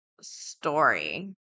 story